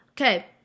okay